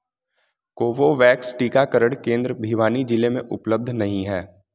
Covovax टीकाकरण केंद्र भिवानी जिले में उपलब्ध नहीं है